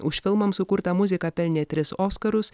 už filmams sukurtą muziką pelnė tris oskarus